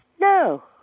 No